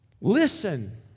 Listen